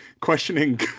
questioning